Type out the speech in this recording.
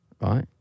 right